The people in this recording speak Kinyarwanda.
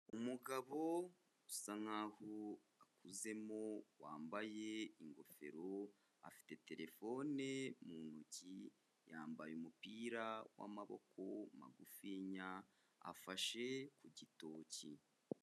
Umugabo usa nk'aho akuzemo wambaye ingofero, afite terefone mu ntoki, yambaye umupira w'amaboko magufiya afashe ku gitoki.